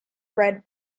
red